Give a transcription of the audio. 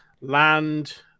land